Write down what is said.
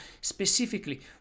specifically